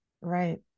Right